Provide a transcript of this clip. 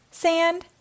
sand